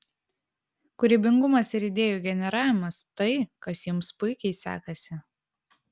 kūrybingumas ir idėjų generavimas tai kas jums puikiai sekasi